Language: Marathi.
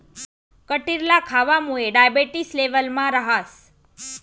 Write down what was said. कटिरला खावामुये डायबेटिस लेवलमा रहास